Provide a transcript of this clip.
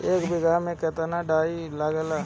एक बिगहा में केतना डाई लागेला?